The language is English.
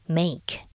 make